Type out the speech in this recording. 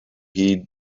heed